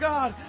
God